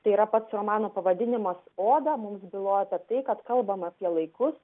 tai yra pats romano pavadinimas oda mums byloja apie tai kad kalbama apie laikus